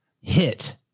hit